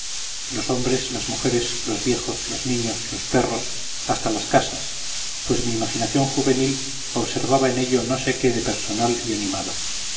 los hombres las mujeres los viejos los niños los perros hasta las casas pues mi imaginación juvenil observaba en ello no sé qué de personal y animado